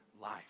life